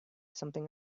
something